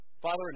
Father